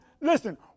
listen